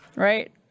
Right